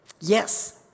Yes